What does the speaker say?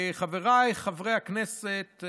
חבריי חברי הכנסת,